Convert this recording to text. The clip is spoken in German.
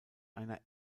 einer